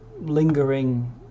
lingering